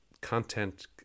content